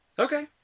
Okay